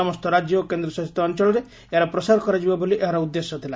ସମସ୍ତ ରାଜ୍ୟ ଓ କେନ୍ଦ୍ରଶାସିତ ଅଞ୍ଚଳରେ ଏହାର ପ୍ରସାର କରାଯିବ ବୋଲି ଏହାର ଉଦ୍ଦେଶ୍ୟ ଥିଲା